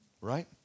Right